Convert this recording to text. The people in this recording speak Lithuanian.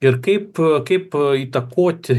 ir kaip kaip įtakoti